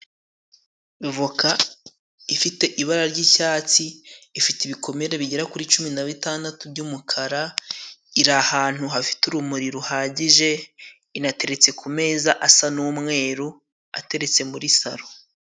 Voca ifite ibara ry'icyatsi. Ifite ibikomere bigera kuri cumi na bitandatu by'umukara; iri ahantu hafite urumuri ruhagije. Inateretse ku meza asa n'umweru ateretse muri saro.